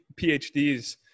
PhDs